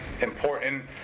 important